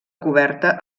coberta